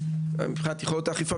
ומבחינת יכולות האכיפה,